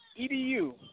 edu